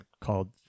called